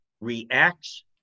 reacts